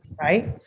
right